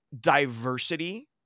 diversity